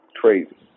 Crazy